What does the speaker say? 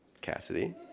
Cassidy